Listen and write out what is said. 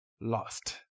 lost